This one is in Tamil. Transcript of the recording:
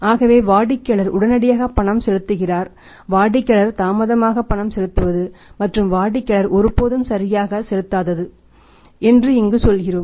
ஆகவே வாடிக்கையாளர் உடனடியாக பணம் செலுத்துகிறார் வாடிக்கையாளர் தாமதமாக பணம் செலுத்துவது மற்றும் வாடிக்கையாளர் ஒருபோதும் சரியாக செலுத்தாது என்று இங்கு சொல்கிறோம்